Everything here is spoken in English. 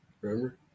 Remember